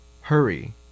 Hurry